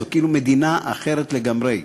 זו כאילו מדינה אחרת לגמרי,